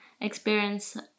experience